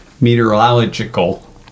meteorological